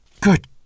Good